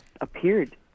appeared